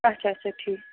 اچھا اچھا ٹھیٖک